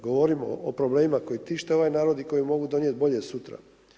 Govorimo o problemima koje tište ovaj narod i koji mogu donijeti bolje sutra.